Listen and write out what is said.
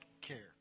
care